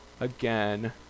again